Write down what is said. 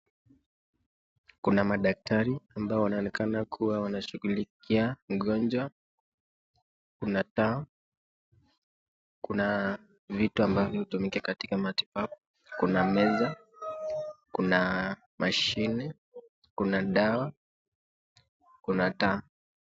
Kuna madaktari ambao wanaonekana kuwa wanashughulikia mgonjwa ,inakaa kuna vitu ambabvyo hutumika katika matibabu. Kuna meza, kuna mashine, kuna dawa, kuna taa.